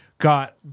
got